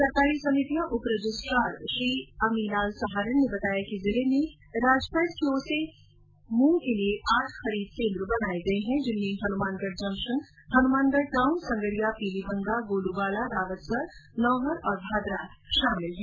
सहकारी समितियां उप रजिस्ट्रार श्री अमीलाल सहारण ने बताया कि जिले में राजफैड की ओर से हनुमानगढ़ जिले में मूंग के लिए आठ खरीद केन्द्र बनाए गए हैं जिनमें हनुमानगढ़ जंक्शन हनुमानगढ़ टाउनसंगरिया पीलीबंगा गोलूवाला रावतसर नोहर और भादरा शामिल है